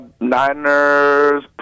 Niners